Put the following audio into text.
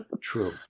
True